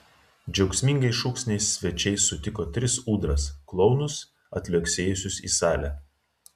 džiaugsmingais šūksniais svečiai sutiko tris ūdras klounus atliuoksėjusius į salę